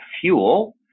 fuel